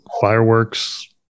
fireworks